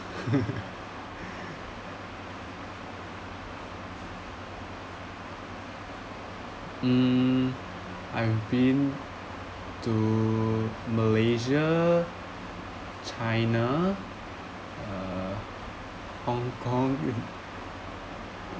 mm I've been to malaysia china uh hong kong